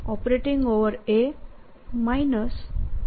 A A